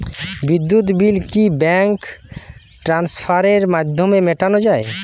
বিদ্যুৎ বিল কি ব্যাঙ্ক ট্রান্সফারের মাধ্যমে মেটানো য়ায়?